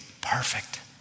perfect